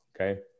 okay